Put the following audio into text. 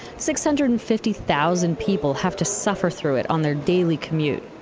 six hundred and fifty thousand people have to suffer through it on their daily commute.